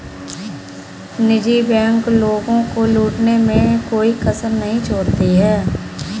निजी बैंक लोगों को लूटने में कोई कसर नहीं छोड़ती है